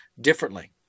differently